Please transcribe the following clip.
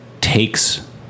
takes